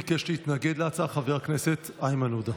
ביקש להתנגד להצעה חבר הכנסת איימן עודה.